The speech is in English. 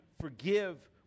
forgive